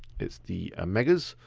it's the omegas.